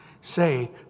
say